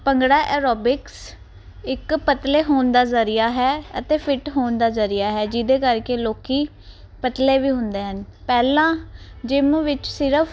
bhangra aerobics ਇੱਕ ਪਤਲੇ ਹੋਣ ਦਾ ਜਰੀਆ ਹੈ ਅਤੇ ਫਿਟ ਹੋਣ ਦਾ ਜਰੀਆ ਹੈ ਜਿਹਦੇ ਕਰਕੇ ਲੋਕੀ ਪਤਲੇ ਵੀ ਹੁੰਦੇ ਹਨ ਪਹਿਲਾਂ ਜਿਮ ਵਿੱਚ ਸਿਰਫ